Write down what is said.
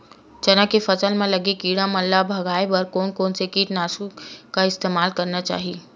चना के फसल म लगे किड़ा मन ला भगाये बर कोन कोन से कीटानु नाशक के इस्तेमाल करना चाहि?